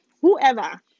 whoever